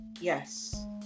Yes